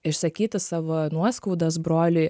išsakyti savo nuoskaudas broliui